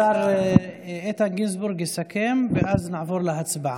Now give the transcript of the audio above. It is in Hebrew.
השר איתן גינזבורג יסכם, ואז נעבור להצבעה.